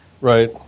Right